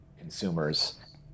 consumers